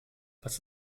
was